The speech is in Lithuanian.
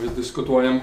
vis diskutuojam